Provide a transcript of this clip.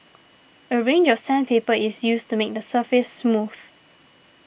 a range of sandpaper is used to make the surface smooth